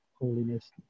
holiness